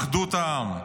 אחדות העם.